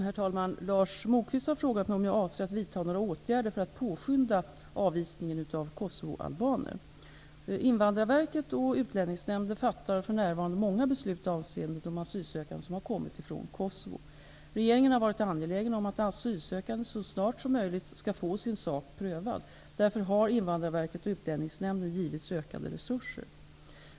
Herr talman! Lars Moquist har frågat mig om jag avser att vidta några åtgärder för att påskynda avvisningen av kosovoalbaner. Invandrarverket och Utlänningsnämnden fattar för närvarande många beslut avseende de asylsökande som har kommit från Kosovo. Regeringen har varit angelägen om att asylsökande så snart som möjligt skall få sin sak prövad. Därför har Invandrarverket och Utlänningsnämnden givits ökade resurser.